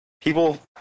people